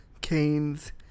canes